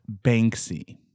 Banksy